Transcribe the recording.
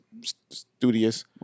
studious